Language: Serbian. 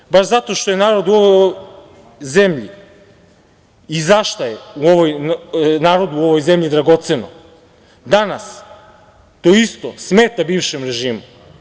Pa i to baš zato što je narod u ovoj zemlji i šta je narodu u ovoj zemlji dragoceno, danas, to isto smeta bivšem režimu.